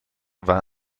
war